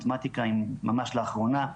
מתמטיקה ממש לאחרונה,